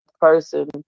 person